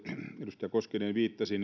edustaja koskinen viittasi